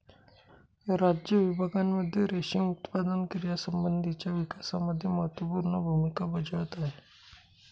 राज्य विभागांमध्ये रेशीम उत्पादन क्रियांसंबंधीच्या विकासामध्ये महत्त्वपूर्ण भूमिका बजावत आहे